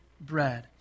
bread